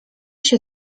się